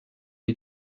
les